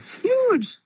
Huge